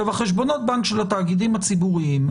חשבונות הבנק של התאגידים הציבוריים,